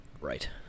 Right